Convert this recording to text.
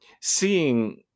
seeing